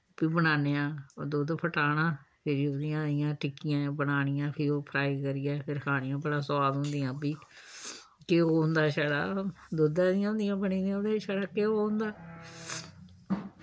बी बनान्ने आं ओ दुद्ध फटाना फिरी ओह्दियां इ'यां टिक्कियां बनानियां फिर ओह् फ्राई करियै फिर खानियां ओह् बड़ा सोआद होंदियां ओह् बी घ्यो होंदा छड़ा दुद्धा दियां होंदियां बनी दियां उ'दे च छड़ा घ्यो होंदा